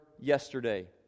yesterday